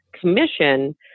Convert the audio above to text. commission